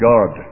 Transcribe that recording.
God